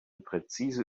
präzise